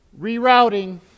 rerouting